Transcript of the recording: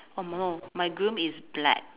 oh no my groom is black